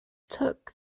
tuck